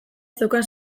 zeukan